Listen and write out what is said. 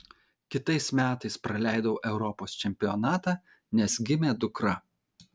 kitais metais praleidau europos čempionatą nes gimė dukra